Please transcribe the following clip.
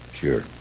Sure